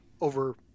over